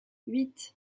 huit